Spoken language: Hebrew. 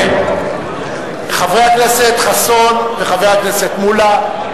חבר הכנסת חסון וחבר הכנסת מולה,